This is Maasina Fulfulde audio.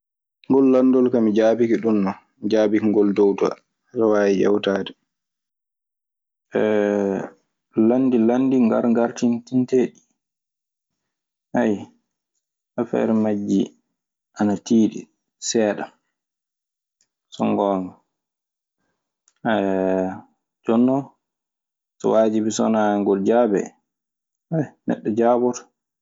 Ngol lanndol kaa mi jaabike ɗun no, mi jaabike ngol dowto. Aɗa waawi yawtaade. So wanaa so tawii jon kaa waajibi so wanaa neɗɗo fillitoo e maggol. Landi landi ngara ngaratinteeɗi ɗii affere majji ana tiiɗi seeɗa, so ngoonga. Jooni non so waajibi so wanaa ngol jaabee neɗɗo jaaboto.